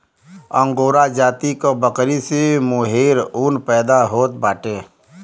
angora जाति क बकरी से मोहेर ऊन पैदा होत बाटे